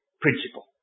principle